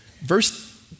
Verse